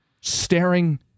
staring